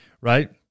right